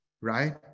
right